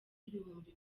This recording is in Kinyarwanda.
ibihumbi